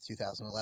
2011